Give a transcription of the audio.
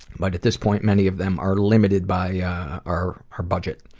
but at this point, many of them are limited by our our budget.